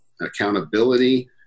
accountability